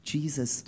Jesus